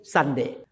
Sunday